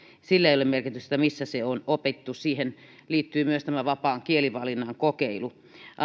sillä ei ole merkitystä missä se on opittu siihen liittyy myös tämä vapaan kielivalinnan kokeilu